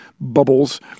bubbles